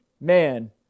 man